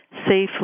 safely